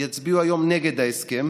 יצביעו היום נגד ההסכם.